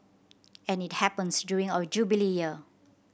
and it happens during our Jubilee Year